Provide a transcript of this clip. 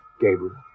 Gabriel